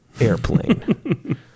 airplane